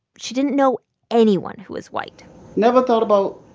she didn't know anyone who was white never thought about,